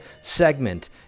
segment